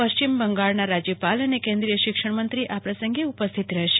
પશ્ચિમ બંગાળના રાજ્યપાલ અને કેન્દ્રિય શિક્ષણમંતરી આ પ્રસંગે ઉપસ્થીત રહેશે